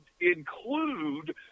include